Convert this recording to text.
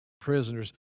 prisoners